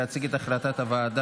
להציג את החלטת הוועדה.